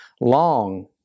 long